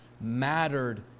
mattered